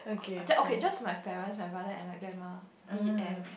okay just my parents my brother and my grandma the end